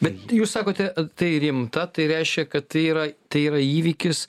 bet jūs sakote tai rimta tai reiškia kad tai yra tai yra įvykis